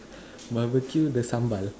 barbecue the sambal